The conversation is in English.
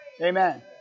Amen